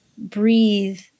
breathe